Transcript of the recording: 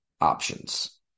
options